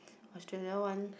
Australia one